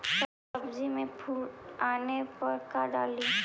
सब्जी मे फूल आने पर का डाली?